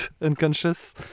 unconscious